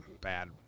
bad